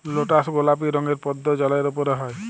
lotus গলাপি রঙের পদ্দ জালের উপরে হ্যয়